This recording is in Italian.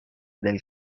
del